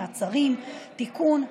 מעצרים) (תיקון,